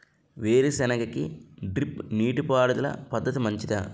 వేరుసెనగ కి డ్రిప్ నీటిపారుదల పద్ధతి మంచిదా?